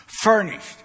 furnished